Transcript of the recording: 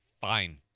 fine